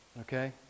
okay